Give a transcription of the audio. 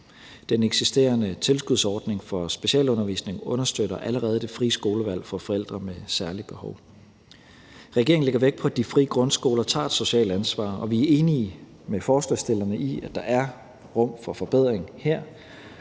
Den eksisterende tilskudsordning for specialundervisning understøtter allerede det frie skolevalg for forældre til børn med særlige behov. Regeringen lægger vægt på, at de frie grundskoler tager et socialt ansvar, og vi er enige med forslagsstillerne i, at der er rum for forbedring her.